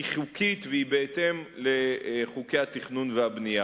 היא חוקית והיא בהתאם לחוקי התכנון והבנייה.